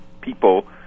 people